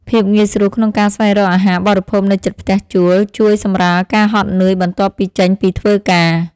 ភាពងាយស្រួលក្នុងការស្វែងរកអាហារបរិភោគនៅជិតផ្ទះជួលជួយសម្រាលការហត់នឿយបន្ទាប់ពីចេញពីធ្វើការ។